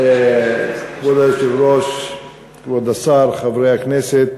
כבוד היושב-ראש, כבוד השר, חברי הכנסת,